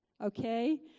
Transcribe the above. Okay